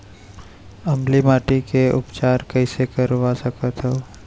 अम्लीय माटी के उपचार कइसे करवा सकत हव?